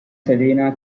selena